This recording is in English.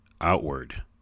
Outward